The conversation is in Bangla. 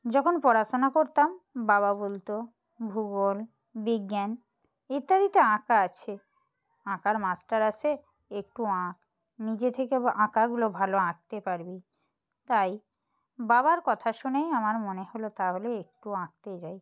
যখন পড়াশোনা করতাম বাবা বলতো ভূগোল বিজ্ঞান ইত্যাদিতে আঁকা আছে আঁকার মাস্টার আসে একটু আঁক নিজে থেকে আঁকাগুলো ভালো আকঁতে পারবি তাই বাবার কথা শুনে আমার মনে হলো তাহলে একটু আঁকতে যাই